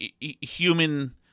human